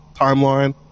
timeline